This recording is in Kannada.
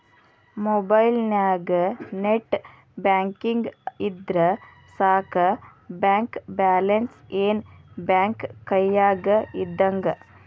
ಮೊಬೈಲ್ನ್ಯಾಗ ನೆಟ್ ಬ್ಯಾಂಕಿಂಗ್ ಇದ್ರ ಸಾಕ ಬ್ಯಾಂಕ ಬ್ಯಾಲೆನ್ಸ್ ಏನ್ ಬ್ಯಾಂಕ ಕೈಯ್ಯಾಗ ಇದ್ದಂಗ